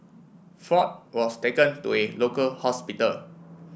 Ford was taken to a local hospital